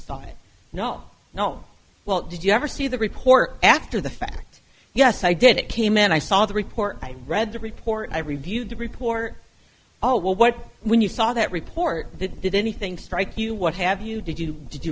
saw it no no well did you ever see the report after the fact yes i did it came in i saw the report i read the report i reviewed the report oh well what when you saw that report that did anything strike you what have you did you did you